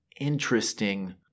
interesting